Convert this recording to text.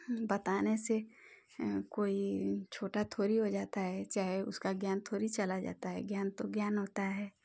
बताने से कोई छोटा थोड़ी हो जाता चाहे उसका ज्ञान थोड़ी चला जाता है ज्ञान तो ज्ञान होता है